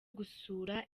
gusura